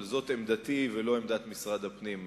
אבל זאת עמדתי ולא עמדת משרד הפנים,